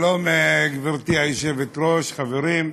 שלום, גברתי היושבת-ראש, חברים,